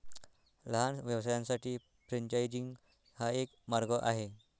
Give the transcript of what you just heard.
लहान व्यवसायांसाठी फ्रेंचायझिंग हा एक मार्ग आहे